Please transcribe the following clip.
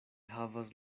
havas